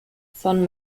von